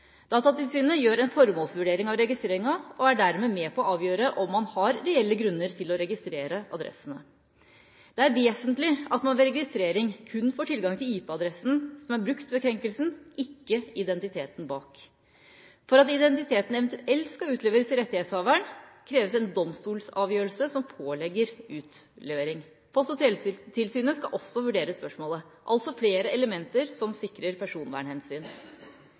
Datatilsynet gjør en formålsvurdering av registreringa og er dermed med på å avgjøre om man har reelle grunner til å registrere adressene. Det er vesentlig at man ved registrering kun får tilgang til IP-adressen som er brukt ved krenkelsen, ikke identiteten bak. For at identiteten eventuelt skal kunne utleveres til rettighetshaveren, kreves en domstolsavgjørelse som pålegger utlevering. Post- og teletilsynet skal også vurdere spørsmålet. Det er altså flere elementer som sikrer personvernhensyn.